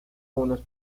unos